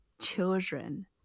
children